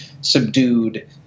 subdued